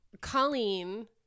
Colleen